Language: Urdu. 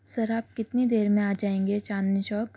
سر آپ کتنی دیر میں آ جائیں گے چاندنی چوک